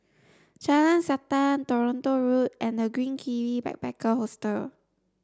Jalan Siantan Toronto Road and The Green Kiwi Backpacker Hostel